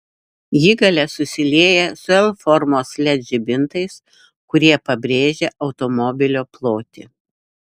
ji gale susilieja su l formos led žibintais kurie pabrėžia automobilio plotį